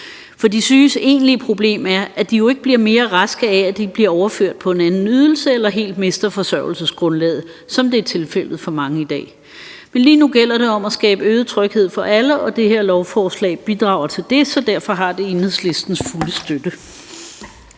for de syges egentlige problem er, at de jo ikke bliver mere raske af ikke at blive overført på en anden ydelse eller helt mister forsørgelsesgrundlaget, som det er tilfældet for mange i dag. Men lige nu gælder det om at skabe øget tryghed for alle, og det her lovforslag bidrager til det, så derfor har det Enhedslistens fulde støtte.